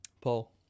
Paul